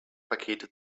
pakete